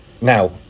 Now